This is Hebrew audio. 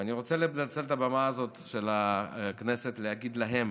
ואני רוצה לנצל את הבמה הזאת של הכנסת להגיד להם